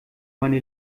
meine